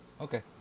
Okay